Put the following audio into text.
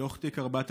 מתוך תיק 4000,